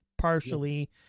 partially